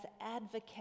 advocate